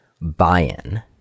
buy-in